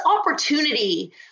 opportunity